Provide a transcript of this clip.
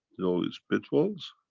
you know its pitfalls?